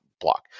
block